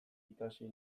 ikasi